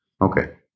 Okay